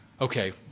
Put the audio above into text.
Okay